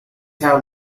have